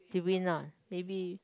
he win not maybe